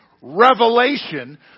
revelation